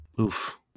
Oof